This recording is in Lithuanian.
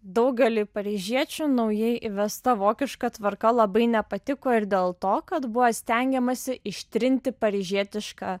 daugeliui paryžiečių naujai įvesta vokiška tvarka labai nepatiko ir dėl to kad buvo stengiamasi ištrinti paryžietišką